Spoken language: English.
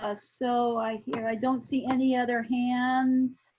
ah so like you know i don't see any other hands,